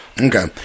Okay